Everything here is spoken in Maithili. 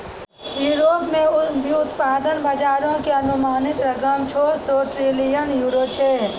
यूरोप मे व्युत्पादन बजारो के अनुमानित रकम छौ सौ ट्रिलियन यूरो छै